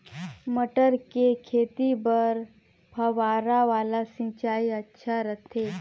मटर के खेती बर फव्वारा वाला सिंचाई अच्छा रथे?